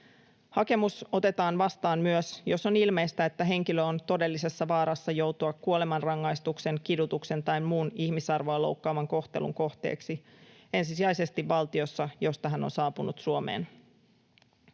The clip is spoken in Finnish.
Hakemus otetaan vastaan myös, jos on ilmeistä, että henkilö on todellisessa vaarassa joutua kuolemanrangaistuksen, kidutuksen tai muun ihmisarvoa loukkaavan kohtelun kohteeksi ensisijaisesti valtiossa, josta hän on saapunut Suomeen.